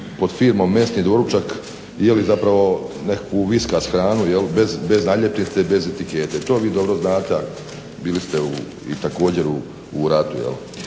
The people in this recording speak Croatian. pod firmom mesni doručak jeli zapravo nekakvu whiskas hranu bez naljepnice, bez etikete. To vi dobro znate. Bili ste također i u ratu.